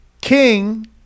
King